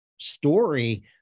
story